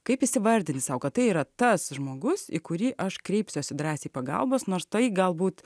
kaip įsivardint sau kad tai yra tas žmogus į kurį aš kreipsiuosi drąsiai pagalbos nors tai galbūt